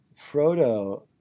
Frodo